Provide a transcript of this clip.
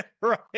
right